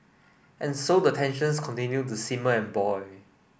and so the tensions continue to simmer and boil